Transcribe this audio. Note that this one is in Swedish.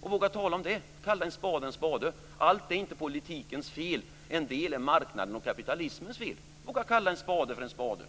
och våga tala om det. Kalla en spade för en spade! Allt är inte politikens fel, en del är marknadens och kapitalismens fel. Våga kalla en spade för en spade!